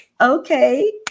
okay